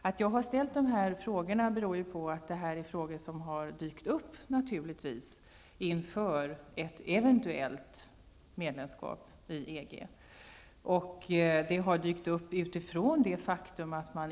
Dessa frågor är ställda på grund av att det är frågor som har dykt upp inför ett eventuellt medlemskap i EG.